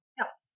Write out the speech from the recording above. yes